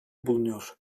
bulunuyor